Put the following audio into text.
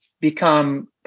become